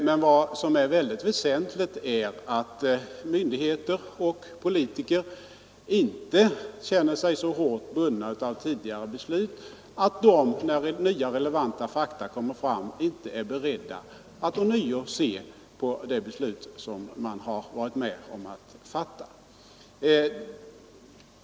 Men vad som är väldigt väsentligt är att myndigheter och politiker inte känner sig så hårt bundna av tidigare beslut att de, när nya, relevanta fakta kommer fram, inte är beredda att ånyo se på det beslut som de varit med om att fatta.